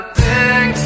big